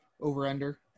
over-under